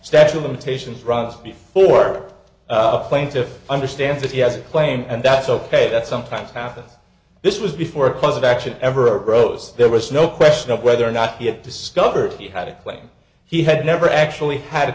statue of limitations runs before a plaintiff understands that he has a claim and that's ok that sometimes happens this was before a cause of action ever arose there was no question of whether or not yet discovered he had a claim he had never actually had a